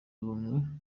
ubumwe